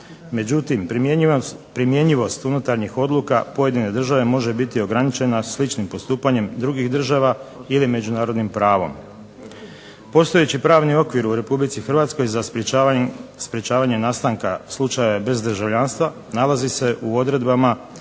međutim primjenjivost unutarnjih odluka pojedine države može biti ograničena sličnim postupanjem drugih država ili međunarodnim pravom. Postojeći pravni okvir u Republici Hrvatskoj za sprečavanje nastanka slučaja bezdržavljanstva nalazi se u odredbama